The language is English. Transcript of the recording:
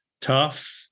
tough